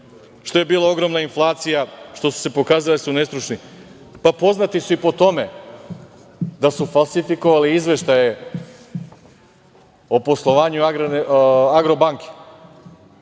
što je bila ogromna inflacija, što su se pokazali da su nestručni, pa poznati su po tome da su falsifikovali izveštaje o poslovanju „Agrobanke“